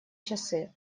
часы